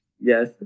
yes